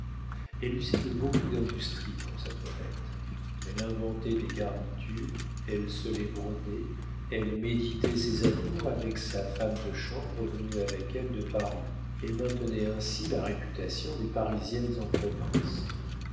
elle usait de beaucoup d'industrie pour sa toilette elle inventait des garnitures elle se les brodait elle méditait ses atours avec sa femme de chambre venue avec elle de paris et maintenait ainsi la réputation des parisiennes en province